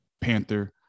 Panther